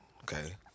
Okay